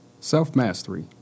Self-mastery